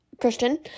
Christian